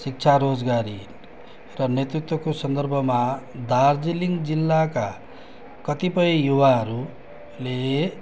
शिक्षा रोजगारी र नेतृत्वको सन्दर्भमा दार्जिलिङ जिल्लाका कतिपय युवाहरूले